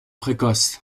précoce